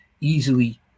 easily